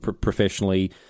professionally